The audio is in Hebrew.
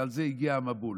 ועל זה הגיע המבול.